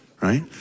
right